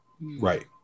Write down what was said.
Right